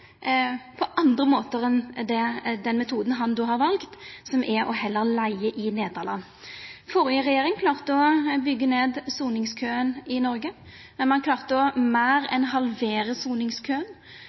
på andre måtar enn med den metoden han har valt, som heller er å leiga i Nederland. Førre regjering klarte å byggja ned soningskøen i Noreg, der ein klarte meir enn å